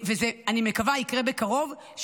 ואני מקווה שזה יקרה בקרוב,